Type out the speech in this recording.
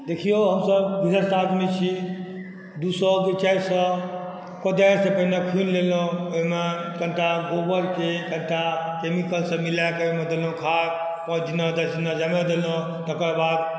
देखिऔ हमसब गृहस्थ आदमी छी दुइ छह चारि छह कोदारिसँ पहिने खुनि लेलहुँ ओहिमे कनिटा गोबरके कनिटा केमिकलसब मिलाके ओहिमे देलौँ खाद खादमे देलौँ तकर बाद